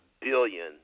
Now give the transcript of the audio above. billion